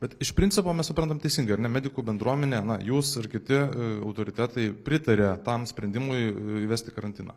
bet iš principo mes suprantam teisingai ar ne medikų bendruomenė na jūs ir kiti autoritetai pritaria tam sprendimui įvesti karantiną